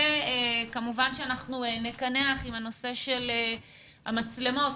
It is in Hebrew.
כמובן שנקנח עם הנושא של המצלמות.